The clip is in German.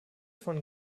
von